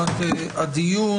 לכולם.